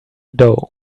dough